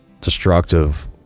destructive